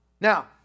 Now